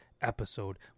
episode